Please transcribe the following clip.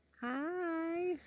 hi